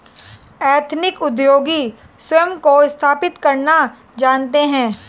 ethnic उद्योगी स्वयं को स्थापित करना जानते हैं